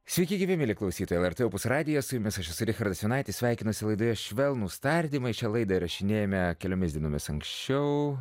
sveiki gyvi mieli klausytojai lrt opus radijas su jumis aš esu richardas jonaitis sveikinosi laidoje švelnūs tardymai šią laidą įrašinėjame keliomis dienomis anksčiau